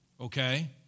Okay